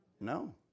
No